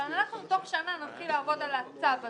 אבל אנחנו תוך שנה נתחיל לעבוד על הצו הזה,